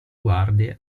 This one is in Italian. guardie